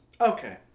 Okay